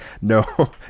no